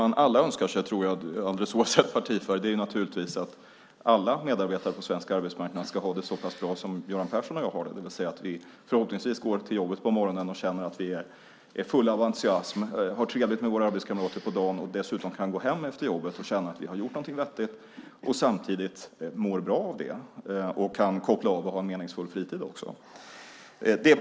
Det alla önskar sig, alldeles oavsett partifärg, är naturligtvis att samtliga medarbetare på svensk arbetsmarknad ska ha det så bra som Göran Persson och jag har det - det vill säga att man som vi, förhoppningsvis, går till jobbet på morgonen full av entusiasm, under dagen har det trevligt med arbetskamrater och dessutom efter jobbet kan gå hem och då känna att någonting vettigt gjorts samtidigt som man mår bra av det och kan koppla av och också ha en meningsfull fritid.